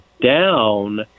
down